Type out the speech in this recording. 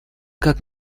как